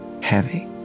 heavy